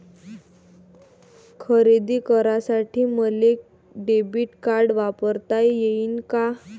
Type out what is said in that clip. खरेदी करासाठी मले डेबिट कार्ड वापरता येईन का?